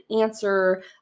answer